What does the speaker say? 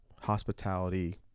hospitality